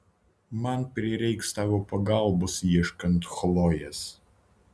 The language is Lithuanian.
man prireiks tavo pagalbos ieškant chlojės